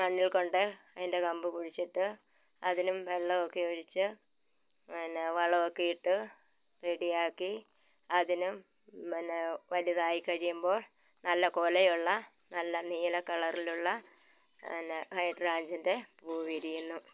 മണ്ണിൽ കൊണ്ട് അതിൻ്റെ കമ്പ് കുഴിച്ചിട്ട് അതിനും വെള്ളമൊക്കെ ഒഴിച്ച് പിന്നെ വളമൊക്കെ ഇട്ട് റെഡിയാക്കി അതിനും പിന്നെ വലുതായി കഴിയുമ്പോൾ നല്ല കൊലയുള്ള നല്ല നീല കളറിലുള്ള പിന്നെ ഹൈട്രാഞ്ചിൻ്റെ പൂവ് വിരിയുന്നു